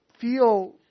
feel